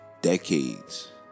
decades